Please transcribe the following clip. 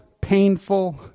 painful